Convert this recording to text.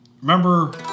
Remember